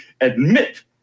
admit